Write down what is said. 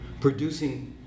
producing